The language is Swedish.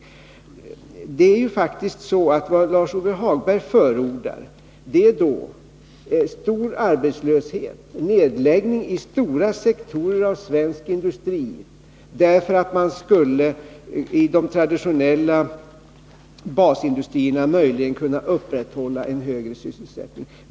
Vad Lars-Ove Hagberg förordar är stor arbetslöshet, nedläggning i stora sektorer av svensk industri därför att man i de traditionella basindustrierna möjligen skulle kunna upprätthålla en högre sysselsättning.